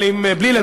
אבל בלי לדבר.